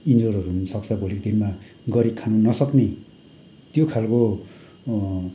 इन्ज्योरहरू हुन सक्छ भोलिको दिनमा गरी खानु नसक्ने त्यो खालको